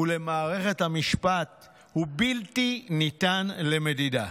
ולמערכת המשפט הוא בלתי ניתן למדידה.